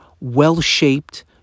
well-shaped